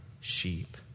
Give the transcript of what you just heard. sheep